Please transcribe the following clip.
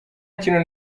kintu